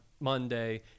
monday